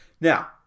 Now